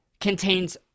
contains